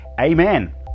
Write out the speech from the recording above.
Amen